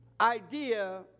idea